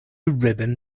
ribbon